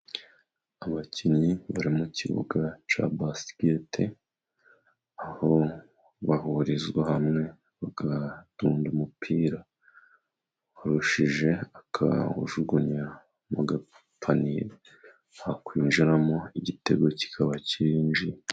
Abakinnyi bari mu kibuga cya basikete, aho bahurizwa hamwe bakadunda umupira urushije akawujugunya mu gapaniye, wakwinjiramo igitego kikaba cyirinjiye.